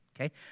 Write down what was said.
Okay